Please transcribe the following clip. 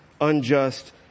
unjust